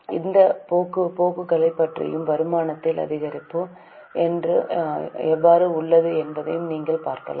அந்த போக்குகளைப் பற்றியும் வருமானத்தில் அதிகரிப்பு எவ்வாறு உள்ளது என்பதையும் நீங்கள் பார்க்கலாம்